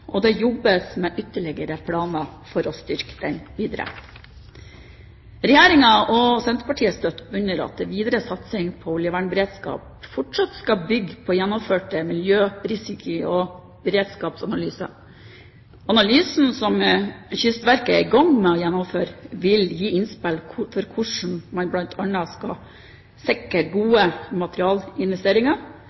og det jobbes med ytterligere planer for å styrke den videre. Regjeringen og Senterpartiet støtter opp under at videre satsing på oljevernberedskap fortsatt skal bygge på gjennomførte miljørisiko- og beredskapsanalyser. Analysen som Kystverket er i gang med å gjennomføre, vil gi innspill til hvordan man bl.a. skal sikre gode